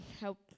help